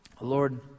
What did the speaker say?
lord